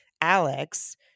alex